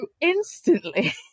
instantly